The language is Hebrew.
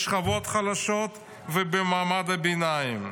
בשכבות החלשות ובמעמד הביניים.